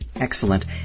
Excellent